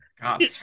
God